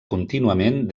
contínuament